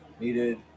needed